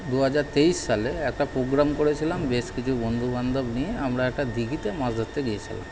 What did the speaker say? দু হাজার তেইশ সালে একটা প্রোগ্রাম করেছিলাম বেশ কিছু বন্ধু বান্ধব নিয়ে আমরা একটা দিঘিতে মাছ ধরতে গিয়েছিলাম